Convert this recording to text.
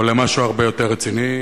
אבל למשהו הרבה יותר רציני.